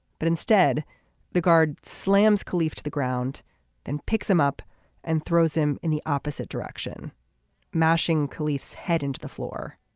but instead the guard slams khalifa to the ground then picks him up and throws him in the opposite direction mashing khalifa head into the floor